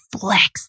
flex